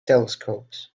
telescopes